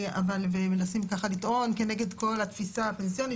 ומנסים ככה לטעון כנגד כל התפיסה הפנסיונית,